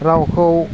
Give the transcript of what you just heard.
रावखौ